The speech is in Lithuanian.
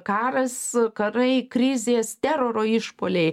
karas karai krizės teroro išpuoliai